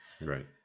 Right